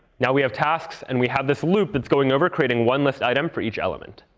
now we have tasks, and we have this loop that's going over, creating one list item for each element.